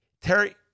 Terry